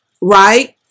Right